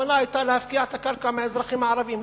הכוונה היתה להפקיע את הקרקע מאזרחים ערבים,